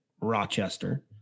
Rochester